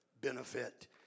benefit